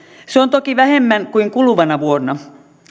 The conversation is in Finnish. se on toki vähemmän kuin kuluvana vuonna